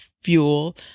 fuel